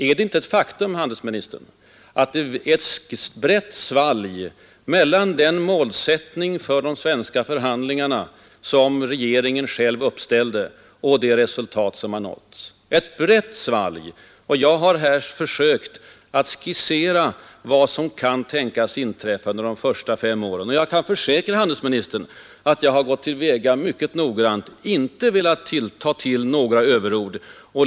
Är det inte ett faktum, herr handelsministern, att det finns ett brett svalg mellan den målsättning för de svenska förhandlingarna som regeringen själv uppställt och det resultat som har nåtts? Är det inte det? Jag har här försökt skissera vad som kan tänkas inträffa under avtalets första fem år, och jag kan försäkra handelsministern att jag har gått till väga mycket noggrant och inte velat ta till några överord.